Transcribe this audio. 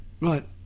right